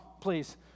please